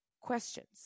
questions